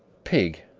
pig,